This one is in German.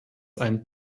ein